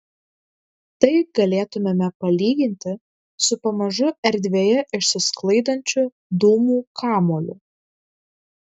tai galėtumėme palyginti su pamažu erdvėje išsisklaidančiu dūmų kamuoliu